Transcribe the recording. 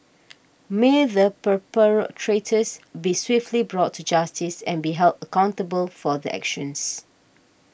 may the be swiftly brought to justice and be held accountable for their actions